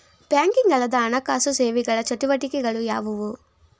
Banking ಅಲ್ಲದ ಹಣಕಾಸು ಸೇವೆಗಳ ಚಟುವಟಿಕೆಗಳು ಯಾವುವು?